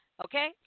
Okay